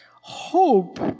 hope